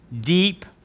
Deep